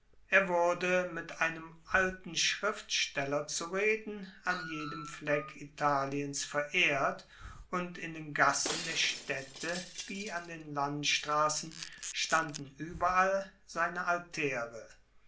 er wurde mit einem alten schriftsteller zu reden an jedem fleck italiens verehrt und in den gassen der staedte wie an den landstrassen standen ueberall seine altaere